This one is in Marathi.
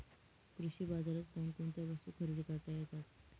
कृषी बाजारात कोणकोणत्या वस्तू खरेदी करता येतात